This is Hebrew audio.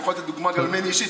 אני יכול לתת דוגמה גם ממני אישית,